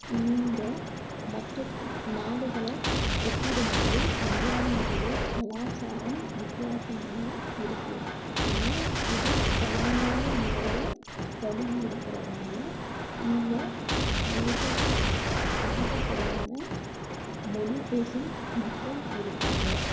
இந்த மற்ற நாடுகளை ஒப்பிடும்போது இந்தியாவினுடைய கலாச்சாரம் வித்தியாசமாகவும் இருக்குது ஏன்னா இது பழங்கால முறையை தழுவி இருக்கிறதுனால இந்த ஏக அதிகபடியான மொழி பேசும் மக்கள் இருக்காங்க